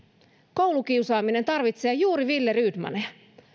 koulukiusaaminen tarvitsee juuri willerydmaneja